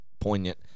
poignant